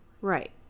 Right